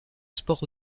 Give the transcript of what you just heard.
sport